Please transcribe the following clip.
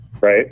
Right